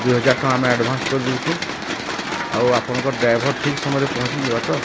ଦୁଇ ହଜାର୍ ଟଙ୍କା ଆମେ ଆଡ଼ଭାନ୍ସ୍ କରିଦଉଛୁଁ ଆଉ ଆପଣଙ୍କର ଡ଼୍ରାଇଭର୍ ଠିକ୍ ସମୟରେ ପହଞ୍ଚିଯିବ ତ